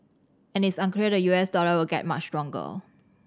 and it's unclear the U S dollar will get much stronger